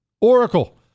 Oracle